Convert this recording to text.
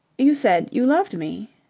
you said you loved me.